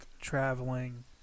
traveling